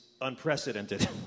unprecedented